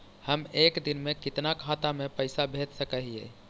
हम एक दिन में कितना खाता में पैसा भेज सक हिय?